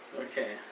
Okay